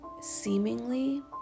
seemingly